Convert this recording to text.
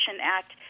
Act